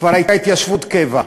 כבר הייתה התיישבות קבע.